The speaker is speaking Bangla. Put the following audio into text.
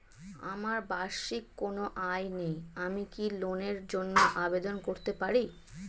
আমার বার্ষিক কোন আয় নেই আমি কি লোনের জন্য আবেদন করতে পারি?